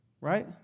Right